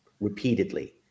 repeatedly